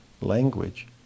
language